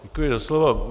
Děkuji za slovo.